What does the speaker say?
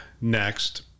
next